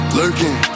lurking